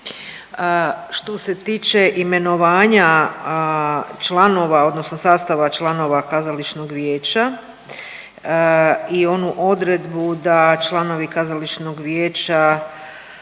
Što se tiče imenovanja članova odnosno sastava članova kazališnog vijeća i onu odredbu da članovi kazališnog vijeća,